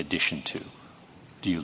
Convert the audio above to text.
addition to do you